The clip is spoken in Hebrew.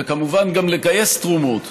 וכמובן גם לגייס תרומות,